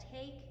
Take